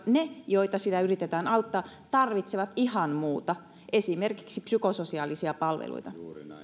ne joita siinä yritetään auttaa tarvitsevat ihan muuta esimerkiksi psykososiaalisia palveluita